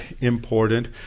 important